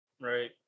Right